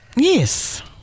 Yes